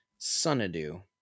Sunadu